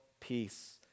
peace